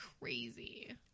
crazy